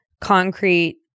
concrete